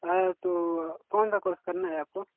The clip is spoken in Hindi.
हाँ तो कौन सा कोर्स करना है आपको